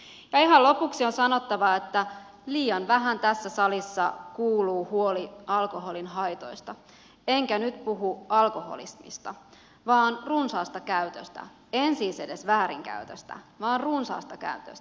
ja ihan lopuksi on sanottava että liian vähän tässä salissa kuuluu huoli alkoholin haitoista enkä nyt puhu alkoholismista vaan runsaasta käytöstä en siis edes väärinkäytöstä vaan runsaasta käytöstä